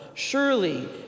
Surely